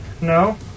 No